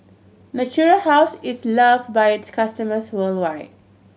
Natura House is loved by its customers worldwide